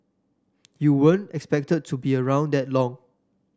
you weren't expected to be around that long